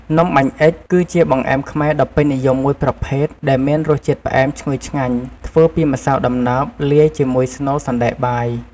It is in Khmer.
នំបាញ់អុិច គឺជាបង្អែមខ្មែរដ៏ពេញនិយមមួយប្រភេទ ដែលមានរសជាតិផ្អែមឈ្ងុយឆ្ងាញ់ ធ្វើពីម្សៅដំណើប លាយជាមួយស្នូលសណ្ដែកបាយ។